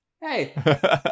Hey